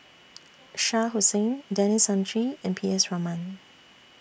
Shah Hussain Denis Santry and P S Raman